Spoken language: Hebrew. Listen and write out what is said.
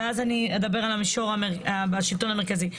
ואז אני אדבר על השלטון המרכזי.